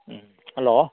ꯎꯝ hello